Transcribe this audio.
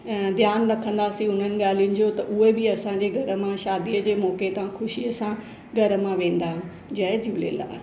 अ ध्यानु रखंदासीं हुननि ॻाल्हियुनि जो त उहे बि असांजे घर मां शादीअ जे मौके तां ख़ुशीअ सां घर मां वेंदा जय झूलेलाल